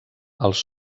els